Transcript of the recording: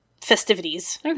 festivities